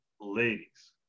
ladies